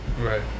right